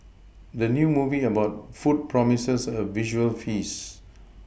the new movie about food promises a visual feast